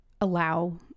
allow